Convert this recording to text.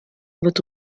wird